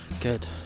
good